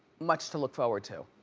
much to look forward to,